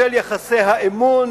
בשל יחסי האמון